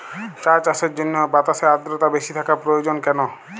চা চাষের জন্য বাতাসে আর্দ্রতা বেশি থাকা প্রয়োজন কেন?